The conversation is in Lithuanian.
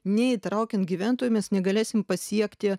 neįtraukiant gyventojų mes negalėsim pasiekti